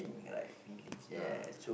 feelings ya